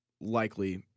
likely